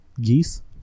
geese